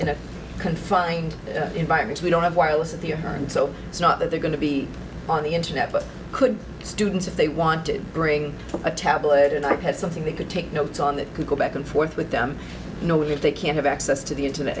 in a confined environment we don't have wireless at the herne so it's not that they're going to be on the internet but could students if they want to bring a tabloid and i have something they could take notes on that could go back and forth with the you know what if they can't have access to the internet